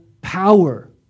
power